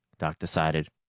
doc decided.